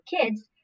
kids